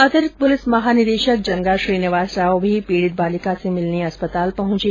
अतिरिक्त पुलिस महानिदेषक जंगा श्रीनिवास राव भी पीड़ित बालिका से मिलने अस्पताल पहुंचे